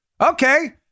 Okay